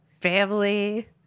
family